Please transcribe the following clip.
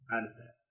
understand